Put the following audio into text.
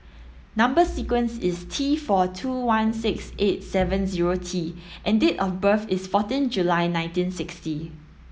number sequence is T four two one six eight seven zero T and date of birth is fourteen July nineteen sixty